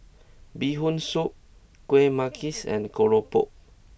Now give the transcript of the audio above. Bee Hoon Soup Kueh Manggis and Keropok